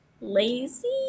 lazy